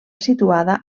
situada